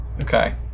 Okay